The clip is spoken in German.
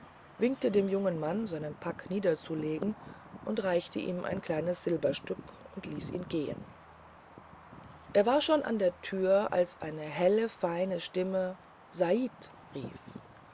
winkte dem jungen mann seinen pack niederzulegen reichte ihm ein kleines silberstück und hieß ihn gehen er war schon an der türe als eine helle feine stimme said rief